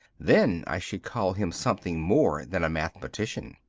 then i should call him something more than a mathematician.